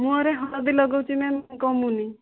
ମୁଁହରେ ହଳଦୀ ଲଗଉଛି ମ୍ୟାମ୍ କମୁନି